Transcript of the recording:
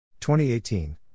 2018